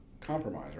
compromise